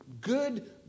good